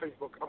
Facebook